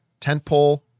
tentpole